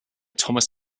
thomas